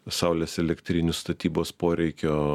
saulės elektrinių statybos poreikio